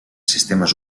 sistemes